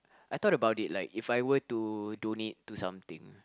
I thought about like if I were to donate to something